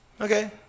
Okay